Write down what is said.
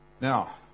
Now